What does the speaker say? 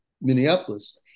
Minneapolis